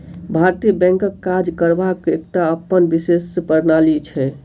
भारतीय बैंकक काज करबाक एकटा अपन विशेष प्रणाली छै